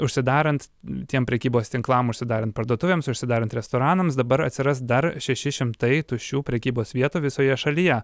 užsidarant tiem prekybos tinklam užsidarant parduotuvėms užsidarant restoranams dabar atsiras dar šeši šimtai tuščių prekybos vietų visoje šalyje